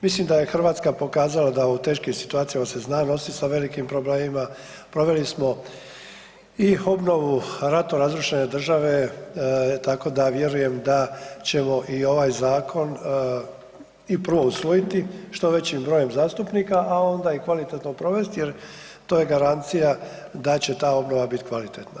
Mislim da je Hrvatska pokazala da u teškim situacijama se zna nositi sa velikim problemima, proveli smo i obnovu ratom razrušene države, tako da vjerujem da ćemo i ovaj zakon i prvo usvojiti što većim brojem zastupnika, a onda i kvalitetno provesti jer, to je garancija da će ta obnova biti kvalitetna.